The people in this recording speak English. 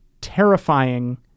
terrifying